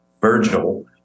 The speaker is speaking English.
Virgil